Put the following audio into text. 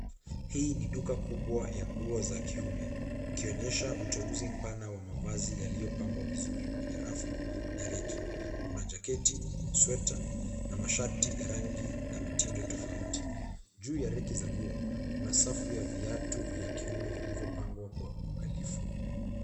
Hii ni duka kubwa ya nguo za kiume, ikionyesha uteuzi mpana wa mavazi yaliyopangwa vizuri kwenye rafu na reki. Kuna jaketi, sweta na mashati ya rangi na mitindo tofauti. Juu ya reki za nguo, kuna safu ya viatu vya kiume viliyopangwa kwa uangalifu.